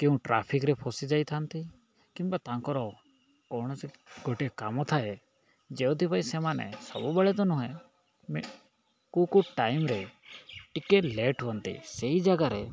କେଉଁ ଟ୍ରାଫିକରେ ଫସିି ଯାଇଥାନ୍ତି କିମ୍ବା ତାଙ୍କର କୌଣସି ଗୋଟିଏ କାମ ଥାଏ ଯେଉଁଥିପାଇଁ ସେମାନେ ସବୁବେଳେ ତ ନୁହେଁ କୋଉ କୋଉ ଟାଇମ୍ରେ ଟିକେ ଲେଟ୍ ହୁଅନ୍ତି ସେଇ ଜାଗାରେ